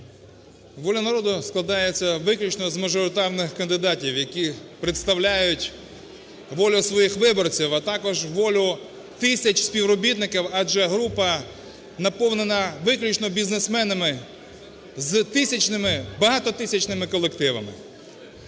"Воля народу" складається виключно з мажоритарних кандидатів, які представляють волю своїх виборців, а також волю тисяч співробітників, адже група наповнена виключно бізнесменами з тисячними, багатотисячними колективами.